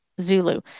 Zulu